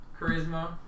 charisma